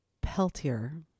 Peltier